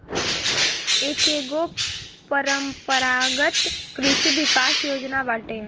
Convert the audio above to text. एकेगो परम्परागत कृषि विकास योजना बाटे